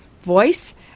voice